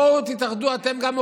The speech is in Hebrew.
בואו תתאחדו אתם,